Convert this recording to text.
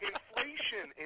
Inflation